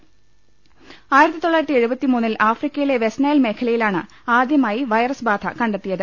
പുറത്ത് ആഫ്രിക്കയിലെ വെസ്റ്റ്നൈൽ മേഖലയിലാണ് ആദ്യമായി വൈറസ് ബാധ കണ്ടെത്തിയത്